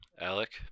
Alec